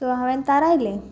so हांवें थारायलें